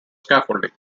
scaffolding